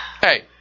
Hey